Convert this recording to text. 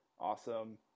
awesome